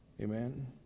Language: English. Amen